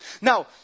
Now